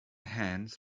hands